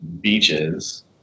beaches